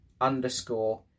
underscore